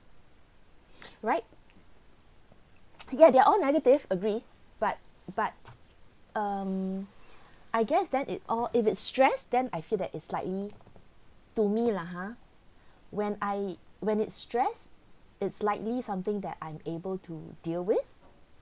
right yeah they're all negative agree but but um I guess then it or if it's stress then I feel that it's slightly to me lah ha when I when it's stress it's likely something that I'm able to deal with